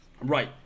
Right